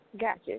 Gotcha